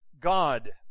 god